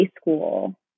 school